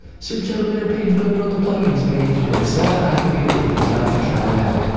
search elementor page builder on the plugins page and install and activate it if you'd like to try it out.